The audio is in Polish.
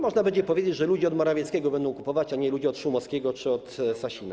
Można będzie powiedzieć, że ludzie od Morawieckiego będą kupować, a nie ludzie od Szumowskiego czy od Sasina.